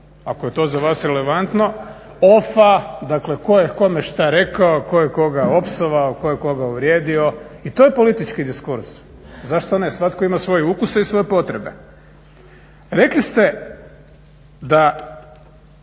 Ako je to za vas relevantno, ofa, dakle tko je kome što rekao, tko je koga opsovao, tko je koga uvrijedio i to je politički diskurs zašto ne? Svatko ima svoje ukuse i svoje potrebe. Rekli ste da